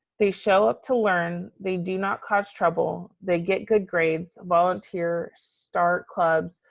they show up to learn, they do not cause trouble, they get good grades, volunteer, start clubs,